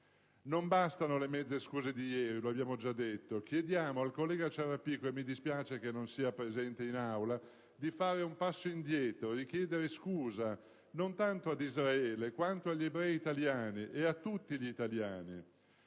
Non bastano le mezze scuse di ieri. Chiediamo al collega Ciarrapico - mi spiace che non sia presente in Aula - di fare un passo indietro, di chiedere scusa, non tanto a Israele, quanto agli ebrei italiani e a tutti gli italiani.